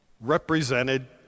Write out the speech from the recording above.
represented